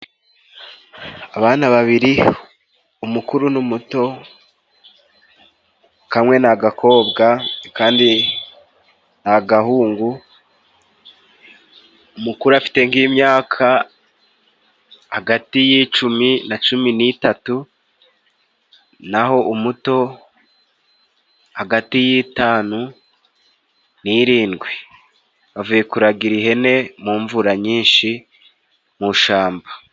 Abana babiri umukuru n'umuto, kamwe ni agakobwa akandi ni agahungu, umukuru afite nk'imyaka hagati y'icumi na cumi nitatu, naho umuto hagati y'itanu n'irindwi. Bavuye kuragira ihene mu mvura nyinshi mu shamba.